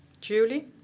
Julie